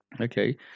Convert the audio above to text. Okay